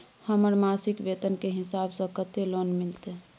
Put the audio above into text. हमर मासिक वेतन के हिसाब स कत्ते लोन मिलते?